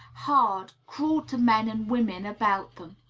hard, cruel to men and women about them.